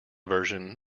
version